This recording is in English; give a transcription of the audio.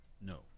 No